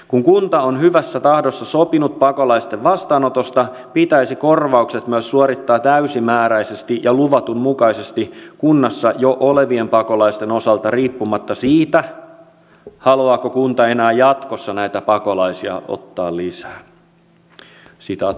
kun kunta on hyvässä tahdossa sopinut pakolaisten vastaanotosta pitäisi korvaukset myös suorittaa täysimääräisesti ja luvatun mukaisesti kunnassa jo olevien pakolaisten osalta riippumatta siitä haluaako kunta enää jatkossa näitä pakolaisia ottaa lisää